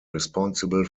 responsible